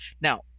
Now